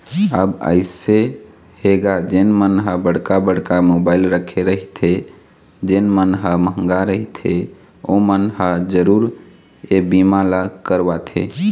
अब अइसे हे गा जेन मन ह बड़का बड़का मोबाइल रखे रहिथे जेन मन ह मंहगा रहिथे ओमन ह जरुर ये बीमा ल करवाथे